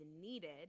needed